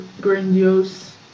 grandiose